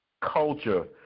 culture